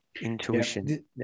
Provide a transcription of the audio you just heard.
Intuition